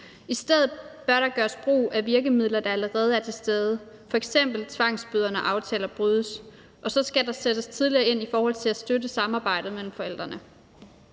I stedet bør der gøres brug af virkemidler, der allerede er til stede, f.eks. tvangsbøder, når aftaler brydes, og så skal der sættes tidligere ind i forhold til at støtte samarbejdet mellem forældrene.